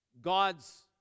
God's